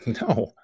no